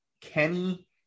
Kenny